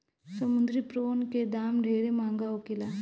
समुंद्री प्रोन के दाम ढेरे महंगा होखेला